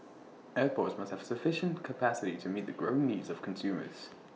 airports must have sufficient capacity to meet the growing needs of consumers